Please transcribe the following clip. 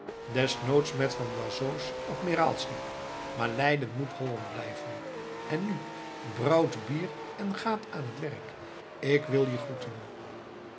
desnoods met van boisots admiraalsschip maar leiden moet holland blijven en nu brouwt bier en gaat aan het werk ik wil je groeten